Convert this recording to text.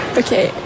okay